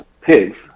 pigs